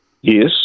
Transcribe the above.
Yes